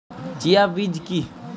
Chia বীজ কী?